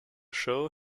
show